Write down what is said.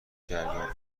جریان